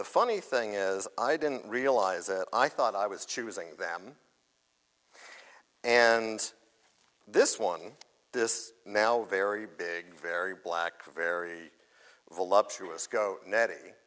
the funny thing is i didn't realize it i thought i was choosing them and this one this male very big very black very voluptuous go